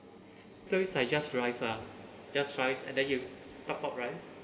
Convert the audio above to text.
so it' like just rice ah just rice and then you top up rice